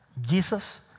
Jesus